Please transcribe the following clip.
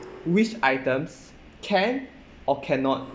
which items can or cannot